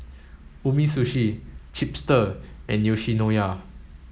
Umisushi Chipster and Yoshinoya